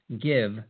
give